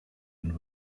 and